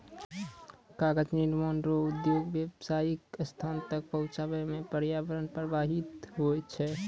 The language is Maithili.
कागज निर्माण रो उद्योग से व्यावसायीक स्थान तक पहुचाबै मे प्रर्यावरण प्रभाबित होय छै